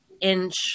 inch